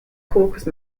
caucasus